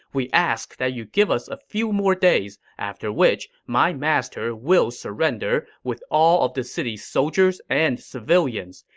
we ask that you give us a few more days, after which my master will surrender with all of the city's soldiers and civilians.